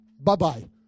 bye-bye